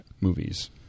movies